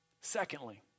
Secondly